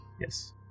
Yes